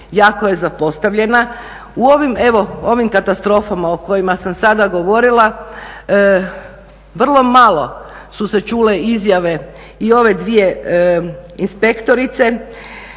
U ovim katastrofama o kojima sam sada govorila, vrlo malo su se čule izjave i ove dvije inspektorice